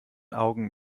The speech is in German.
augen